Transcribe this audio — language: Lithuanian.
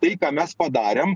tai ką mes padarėm